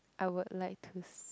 I would like to s~